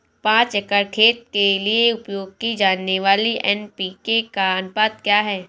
पाँच एकड़ खेत के लिए उपयोग की जाने वाली एन.पी.के का अनुपात क्या है?